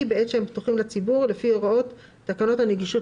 בעת שהם פתוחים לציבור לפי הוראות תקנות הנגישות